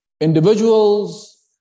individuals